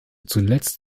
zuletzt